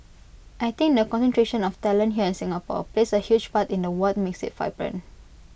I think the concentration of talent here in Singapore plays A huge part in the what makes IT vibrant